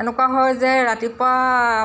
এনেকুৱা হয় যে ৰাতিপুৱা